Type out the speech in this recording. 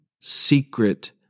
secret